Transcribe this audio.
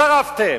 אתם שרפתם,